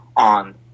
on